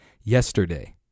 yesterday